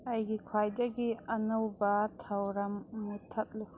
ꯑꯩꯒꯤ ꯈ꯭ꯋꯥꯏꯗꯒꯤ ꯑꯅꯧꯕ ꯊꯧꯔꯝ ꯃꯨꯊꯠꯂꯨ